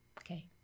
Okay